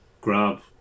grab